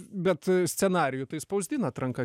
bet scenarijų tai spausdinat ranka